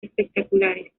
espectaculares